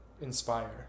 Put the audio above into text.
inspire